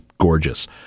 gorgeous